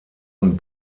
und